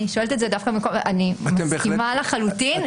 אני מסכימה לחלוטין.